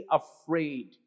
afraid